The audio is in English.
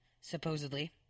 supposedly